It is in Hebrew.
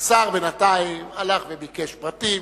השר בינתיים הלך וביקש פרטים